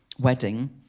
wedding